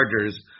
Chargers